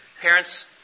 Parents